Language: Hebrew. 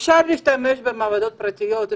אפשר להשתמש במעבדות פרטיות,